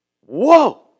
Whoa